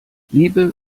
liebe